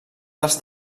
dels